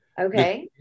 Okay